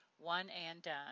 one-and-done